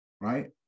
right